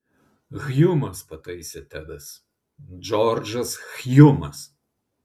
hjumas pataisė tedas džordžas hjumas